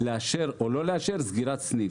לאשר או לא לאשר סגירת סניף.